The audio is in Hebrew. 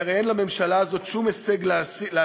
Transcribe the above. כי הרי אין לממשלה הזאת שום הישג להציע,